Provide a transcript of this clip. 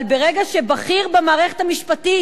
אבל ברגע שבכיר מהמערכת המשפטית